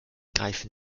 greifen